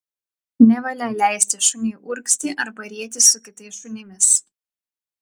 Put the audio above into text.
nevalia leisti šuniui urgzti arba rietis su kitais šunimis